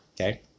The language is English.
okay